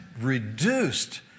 reduced